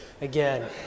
again